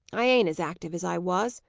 i ain't as active as i was.